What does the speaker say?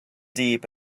deep